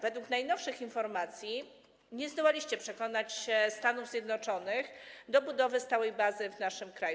Według najnowszych informacji nie zdołaliście przekonać Stanów Zjednoczonych do budowy stałej bazy w naszym kraju.